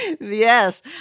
Yes